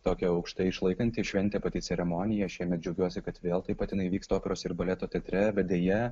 tokia aukštai išlaikanti šventė pati ceremonija šiemet džiaugiuosi kad vėl taip pat jinai vyksta operos ir baleto teatre bet deja